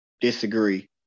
disagree